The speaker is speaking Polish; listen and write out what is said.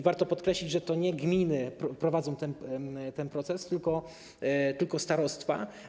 Warto podkreślić, że to nie gminy prowadzą ten proces, tylko starostwa.